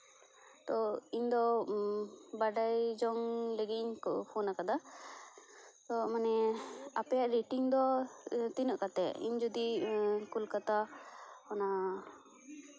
ᱛᱚ ᱤᱧ ᱫᱚ ᱵᱟᱰᱟᱭ ᱡᱚᱝ ᱞᱟᱹᱜᱤᱫ ᱤᱧ ᱯᱷᱳᱱ ᱟᱠᱟᱫᱟ ᱛᱚ ᱢᱟᱱᱮ ᱟᱯᱮᱭᱟᱜ ᱨᱮᱴᱤᱝ ᱫᱚ ᱛᱤᱱᱟᱹᱜ ᱠᱟᱛᱮ ᱤᱧ ᱡᱩᱫᱤ ᱠᱳᱞᱠᱟᱛᱟ ᱚᱱᱟ